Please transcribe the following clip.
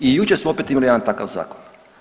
I jučer smo opet imali jedan takav zakon.